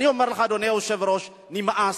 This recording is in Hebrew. אני אומר לך, אדוני היושב-ראש, נמאס,